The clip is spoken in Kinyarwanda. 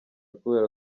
kubera